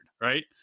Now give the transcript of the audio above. right